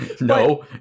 No